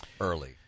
early